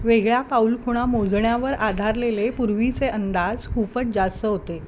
वेगळ्या पाऊलखुणा मोजण्यावर आधारलेले पूर्वीचे अंदाज खूपच जास्त होते